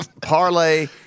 Parlay